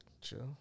chill